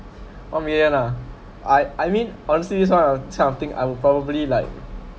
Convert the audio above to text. one million ah I mean honestly this one of this one of thing I will probably like